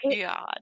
God